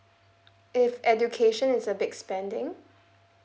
if education is a big spending